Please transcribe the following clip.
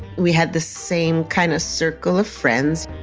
we had the same kind of circle of friends.